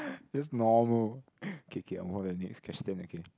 that's normal okay okay I'll move on to the next question okay